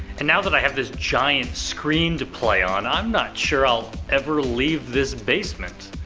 and now that i have this giant screen to play on, i'm not sure i'll ever leave this basement!